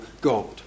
god